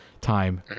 time